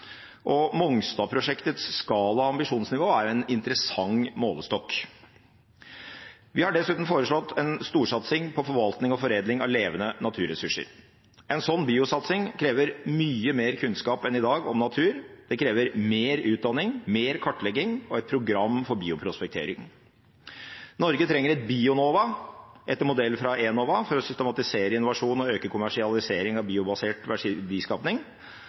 skala og ambisjonsnivå er en interessant målestokk. Vi har dessuten foreslått en storsatsing på forvaltning og foredling av levende naturressurser. En sånn biosatsing krever mye mer kunnskap enn i dag om natur, det krever mer utdanning, mer kartlegging og et program for bioprospektering. Norge trenger et «Bionova» etter modell fra Enova for å systematisere innovasjon og øke kommersialisering av biobasert